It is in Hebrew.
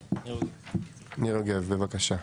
בבקשה.